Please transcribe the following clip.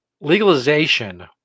Legalization